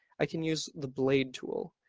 i can use the blade tool.